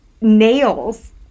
nails